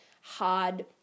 hard